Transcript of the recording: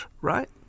right